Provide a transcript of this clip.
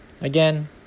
Again